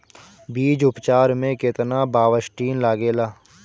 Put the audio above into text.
बीज उपचार में केतना बावस्टीन लागेला?